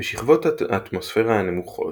בשכבות האטמוספירה הנמוכות,